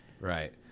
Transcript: right